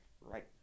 right